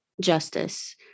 justice